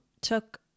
took